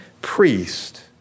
priest